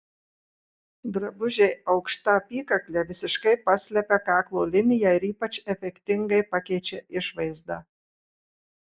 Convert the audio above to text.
drabužiai aukšta apykakle visiškai paslepia kaklo liniją ir ypač efektingai pakeičia išvaizdą